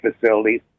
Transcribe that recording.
facilities